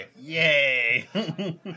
Yay